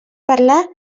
parlar